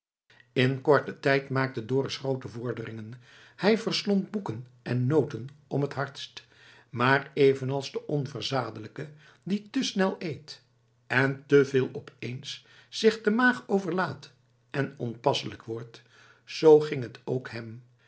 in korten tijd maakte dorus groote vorderingen hij verslond boeken en noten om t hardst maar evenals de onverzadelijke die te snel eet en te veel op eens zich de maag overlaadt en onpasselijk wordt z ging het ook hem